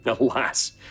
Alas